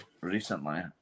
recently